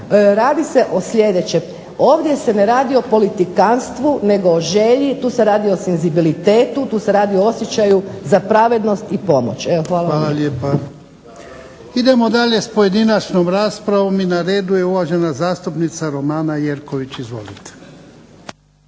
radi se o sljedećem. Ovdje se ne radi o politikanstvu, nego o želji. Tu se radi o senzibilitetu. Tu se radi o osjećaju za pravednost i pomoć. Evo hvala vam lijepa. **Jarnjak, Ivan (HDZ)** Hvala lijepa. Idemo dalje sa pojedinačnom raspravom. I na redu je uvažena zastupnica Romana Jerković.